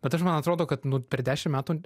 bet aš man atrodo kad nu per dešimt metų